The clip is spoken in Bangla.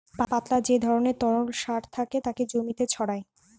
পাতলা যে ধরণের তরল সার থাকে তাকে জমিতে ছড়ায়